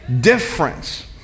difference